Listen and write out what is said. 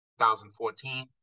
2014